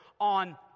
on